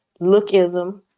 Lookism